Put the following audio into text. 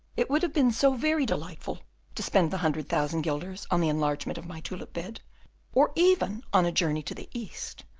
it would have been so very delightful to spend the hundred thousand guilders on the enlargement of my tulip-bed or even on a journey to the east,